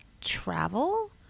travel